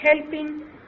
helping